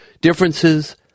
differences